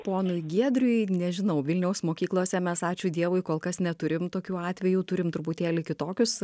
ponui giedriui nežinau vilniaus mokyklose mes ačiū dievui kol kas neturim tokių atvejų turim truputėlį kitokius